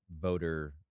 voter